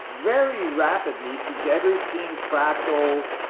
very rapidly if you've ever seen fractal